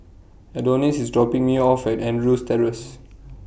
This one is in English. Adonis IS dropping Me off At Andrews Terrace